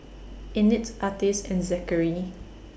Annette Artis and Zachery